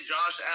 Josh